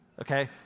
okay